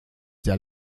der